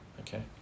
okay